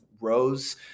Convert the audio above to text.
rose